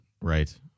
Right